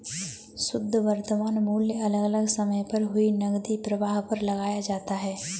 शुध्द वर्तमान मूल्य अलग अलग समय पर हुए नकदी प्रवाह पर लगाया जाता है